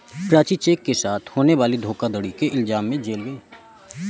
Prachi cheque के साथ होने वाली धोखाधड़ी के इल्जाम में जेल गई